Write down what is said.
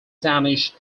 danish